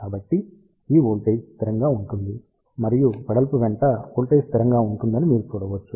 కాబట్టి ఈ వోల్టేజ్ స్థిరంగా ఉంటుంది మరియు వెడల్పు వెంట వోల్టేజ్ స్థిరంగా ఉంటుందని మీరు చూడవచ్చు